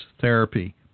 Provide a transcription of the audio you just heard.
therapy